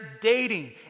dating